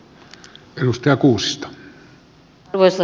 arvoisa puhemies